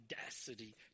audacity